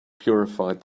purified